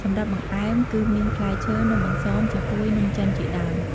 សម្រាប់បង្អែមគឺមាន ផ្លែឈើ នំអន្សូម ចាហ៊ួយ នំចិនជាដើម។